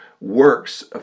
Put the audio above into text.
works